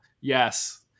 yes